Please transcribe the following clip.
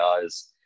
guys